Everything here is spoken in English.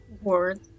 word